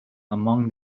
among